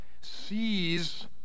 sees